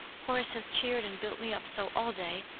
horace has cheered and built me up so all day.